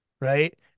right